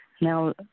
Now